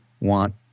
want